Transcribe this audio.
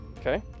Okay